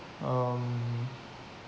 um